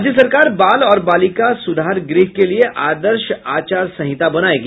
राज्य सरकार बाल और बालिका सुधार गृह के लिए आदर्श आचारसंहिता बनायेगी